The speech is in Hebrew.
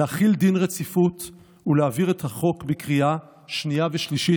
להחיל דין רציפות ולהעביר את החוק בקריאה שנייה ושלישית.